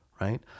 right